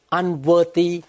unworthy